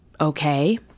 okay